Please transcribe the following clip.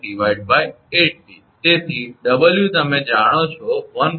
તેથી 𝑊 તમે જાણો છો 1